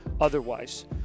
otherwise